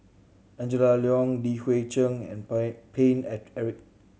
Angela Liong Li Hui Cheng and Paine Eric